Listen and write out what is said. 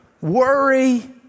worry